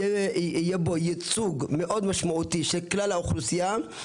יהיה בו ייצוג מאוד משמעותי של כלל האוכלוסייה,